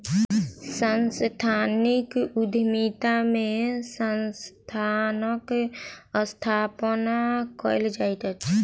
सांस्थानिक उद्यमिता में संस्थानक स्थापना कयल जाइत अछि